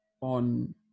on